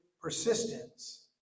persistence